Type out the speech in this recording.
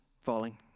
falling